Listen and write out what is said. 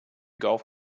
golf